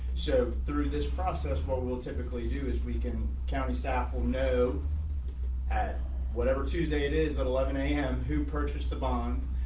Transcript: so through this process, what we'll typically do is we can county staff will know at whatever tuesday it is at eleven am who purchase the bonds.